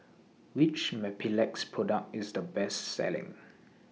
Which Mepilex Product IS The Best Selling